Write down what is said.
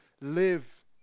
live